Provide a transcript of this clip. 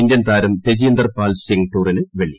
Indian താരം തെജീന്ദെർ പാൽ സിംഗ് ടൂറിന് വെള്ളി